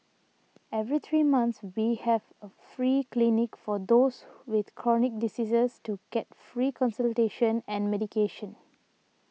every three months we have a free clinic for those with chronic diseases to get free consultation and medication